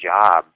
job